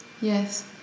Yes